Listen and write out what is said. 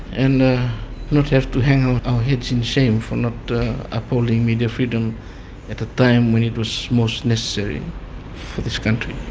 and not have to hang our heads in shame for not upholding media freedom at a time when it was most necessary for this country.